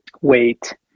wait